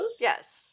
yes